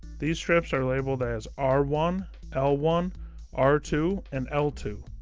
these strips are labeled as r one l one r two and l two.